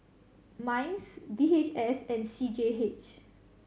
MINDS D H S and C G H